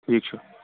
ٹھیٖک چھُ